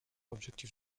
objectif